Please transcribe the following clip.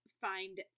find